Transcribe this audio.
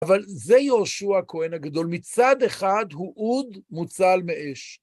אבל זה יהושע הכהן הגדול, מצד אחד הוא אוד מוצל מאש.